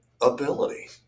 ability